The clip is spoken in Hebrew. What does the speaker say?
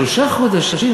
שלושה חודשים?